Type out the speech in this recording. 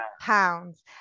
pounds